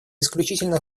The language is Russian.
исключительно